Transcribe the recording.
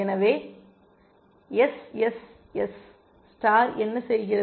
எனவே SSS star என்ன செய்கிறது